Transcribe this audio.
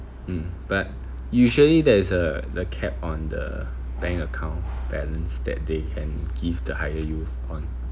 mm but usually there's uh the cap on the bank account balance that they can give the higher yield on